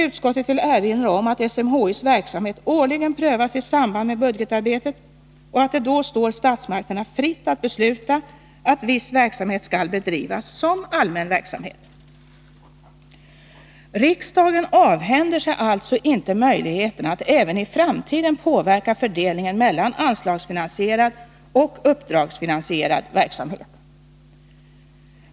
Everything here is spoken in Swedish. Utskottet vill vidare erinra om att SMHI:s verksamhet årligen prövas i samband med budgetarbetet och att det då står statsmakterna fritt att besluta att viss verksamhet skall bedrivas som allmän verksamhet. Riksdagen avhänder sig alltså inte möjligheterna att även i framtiden påverka fördelningen mellan anslagsfinansierad och uppdragsfinansierad verksamhet.